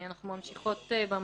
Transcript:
אנחנו ממשיכות במהפכה.